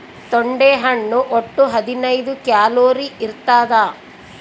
ತೊಂಡೆ ಹಣ್ಣು ಒಟ್ಟು ಹದಿನೈದು ಕ್ಯಾಲೋರಿ ಇರ್ತಾದ